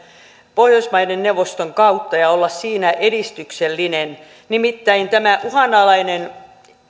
pohjoismaiden neuvoston kautta ja olla siinä edistyksellinen nimittäin tämä uhanalainen